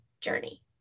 journey